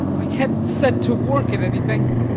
i can't set to work at anything.